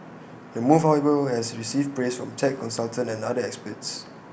the move however has received praise from tax consultants and other experts